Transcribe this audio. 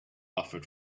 offered